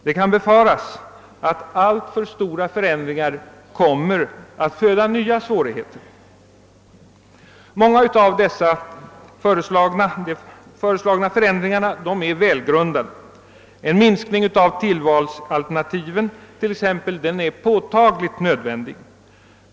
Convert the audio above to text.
Det kan befaras att alltför stora förändringar kommer att föda nya svårigheter. Många av de föreslagna förändringarna är välbetänkta. En minskning av tillvalsalternativen till exempel är påtagligt nödvändig.